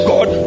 God